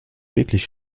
wirklich